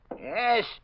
Yes